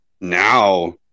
now